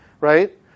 Right